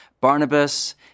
Barnabas